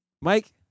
Mike